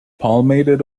palmated